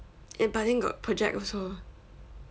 and but I think got project also